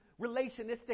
relationistic